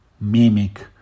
mimic